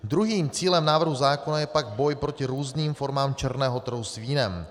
Druhým cílem návrhu zákona je pak boj proti různým formám černého trhu s vínem.